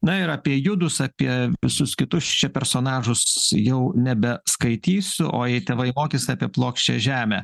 na ir apie judus apie visus kitus čia personažus jau nebeskaitysiu o jei tėvai mokys apie plokščią žemę